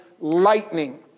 lightning